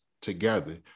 together